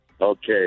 Okay